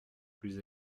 plus